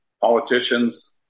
politicians